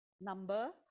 number